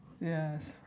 Yes